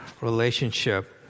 relationship